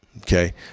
Okay